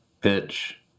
pitch